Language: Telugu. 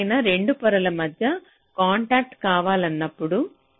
ఎప్పుడైనా 2 పొరల మధ్య కాంటాక్ట్ కావాలన్నప్పుడు